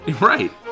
Right